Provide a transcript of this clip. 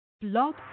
Blog